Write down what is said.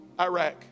Iraq